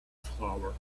flower